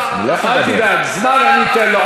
אל תדאג, זמן אני אתן לו.